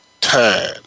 time